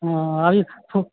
ओ ई फू